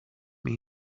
that